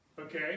Okay